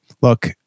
look